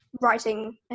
writing